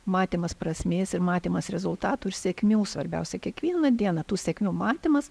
matymas prasmės ir matymas rezultatų ir sėkmių svarbiausia kiekvieną dieną tų sėkmių matymas